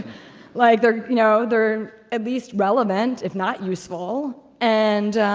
like they're you know they're at least relevant if not useful. and